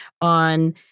on